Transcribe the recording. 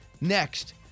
Next